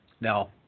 Now